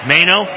Mano